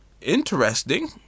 interesting